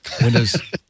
Windows